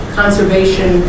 conservation